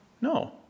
No